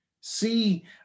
See